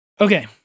Okay